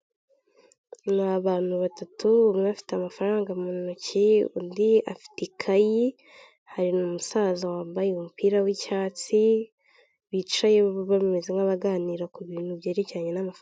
Ni abantu batatu umwe afite amafaranga mu ntoki undi afite ikayi hari n'umusaza wambaye umupira w'icyatsi bicaye bameze nkaho baganira ku bintu byerekeranye n'amafaranga .